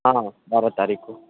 ہاں بارہ تاریخ کو